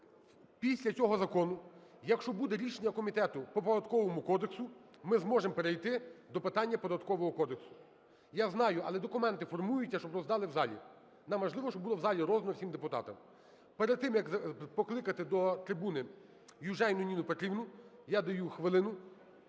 Після цього закону, якщо буде рішення комітету по Податковому кодексу, ми зможемо перейти до питання Податкового кодексу. Я знаю, але документи формуються, щоб роздали в залі. Нам важливо, щоб було в залі роздано всім депутатам. Перед тим, як покликати до трибуни Южаніну Ніну Петрівну, я даю хвилину